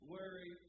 Worry